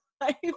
life